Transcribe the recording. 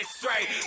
straight